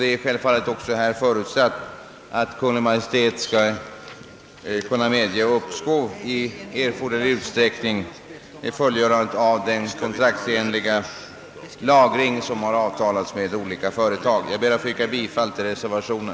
Det har självklart därvid också förutsagts att Kungl, Maj:t skall kunna medge uppskov i erforderlig utsträckning vid fullgörandet av den kontraktsenliga lagring som har avtalats med olika företag. Jag ber att få yrka bifall till reservationen.